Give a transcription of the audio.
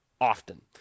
often